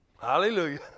Hallelujah